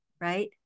right